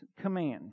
command